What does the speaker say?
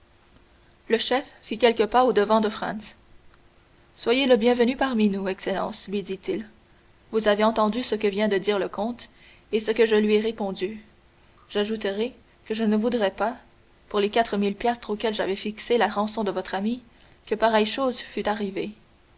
le chef fit quelques pas au-devant de franz soyez le bienvenu parmi nous excellence lui dit-il vous avez entendu ce que vient de dire le comte et ce que je lui ai répondu j'ajouterai que je ne voudrais pas pour les quatre mille piastres auxquelles j'avais fixé la rançon de votre ami que pareille chose fût arrivée